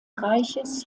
reiches